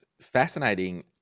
fascinating